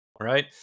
right